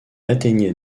atteignait